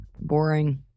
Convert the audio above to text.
boring